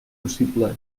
possible